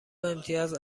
امتیاز